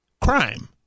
Crime